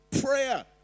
prayer